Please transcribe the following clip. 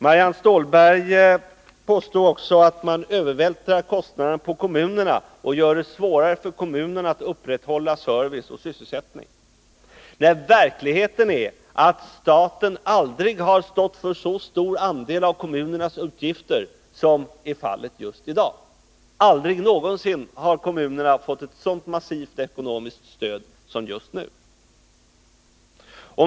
Marianne Stålberg påstår att man övervältrar kostnaderna på kommunerna och gör det svårare för kommunerna att upprätthålla service och sysselsättning. Men verkligheten är ju att staten aldrig har stått för så stor andel av kommunernas utgifter som fallet är just i dag. Aldrig tidigare har kommunerna fått ett så massivt ekonomiskt stöd som just nu.